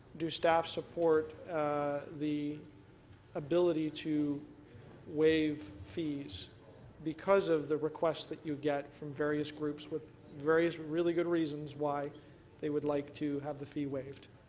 do staff support the ability to waive fees because of the requests that you get from various groups with various really good reasons why they would like to have the fee waived?